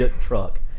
truck